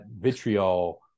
vitriol